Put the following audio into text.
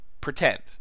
pretend